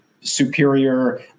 superior